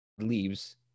leaves